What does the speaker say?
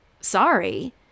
Sorry